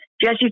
Jesse